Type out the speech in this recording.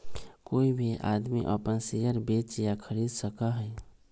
कोई भी आदमी अपन शेयर बेच या खरीद सका हई